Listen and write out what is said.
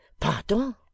Pardon